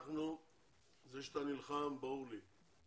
זה שאתה נלחם ברור לי.